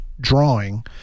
drawing